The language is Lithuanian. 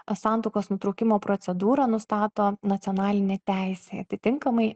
santuokos nutraukimo procedūrą nustato nacionalinė teisė atitinkamai